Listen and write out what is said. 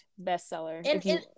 bestseller